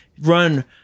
run